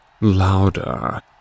Louder